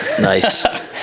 nice